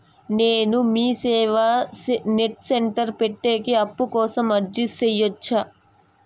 నేను Meeseva net centre పెట్టేకి అప్పు కోసం అర్జీ సేయొచ్చా?